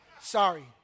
Sorry